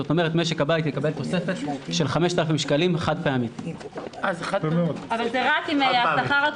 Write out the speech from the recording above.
זאת אומרת שמשק הבית יקבל תוספת חד-פעמית של 5,000 שקלים.